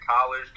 college